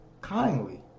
kindly